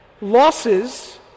losses